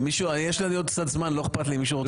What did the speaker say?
יש לנו עוד קצת זמן האם מישהו רוצה?